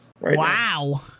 Wow